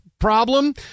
problem